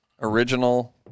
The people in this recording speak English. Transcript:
original